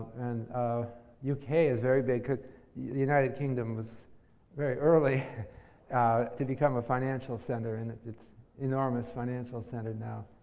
and ah u k. is very big, because the united kingdom was very early to become a financial center. and it's an enormous financial center now.